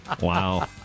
Wow